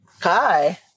hi